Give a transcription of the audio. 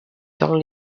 dans